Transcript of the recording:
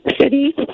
City